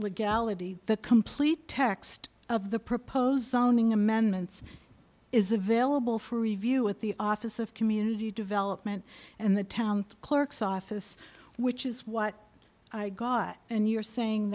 legality the complete text of the proposed sounding amendments is available for review at the office of community development and the town clerk's office which is what i got and you're saying